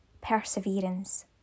perseverance